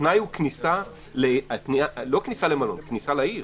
התנאי הוא לא כניסה למלון, אלא כניסה לעיר